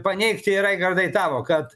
paneigti raigardai tavo kad